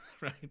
right